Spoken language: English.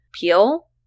peel